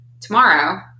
tomorrow